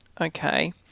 okay